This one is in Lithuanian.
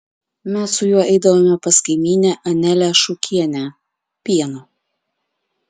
mes su juo eidavome pas kaimynę anelę šukienę pieno